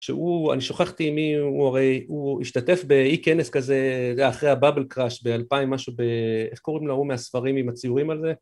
שהוא, אני שכחתי מי הוא, הרי הוא השתתף באי־כנס כזה אחרי ה-Bubble Crash ב-2000, משהו ב... איך קוראים לו מהספרים עם הציורים על זה?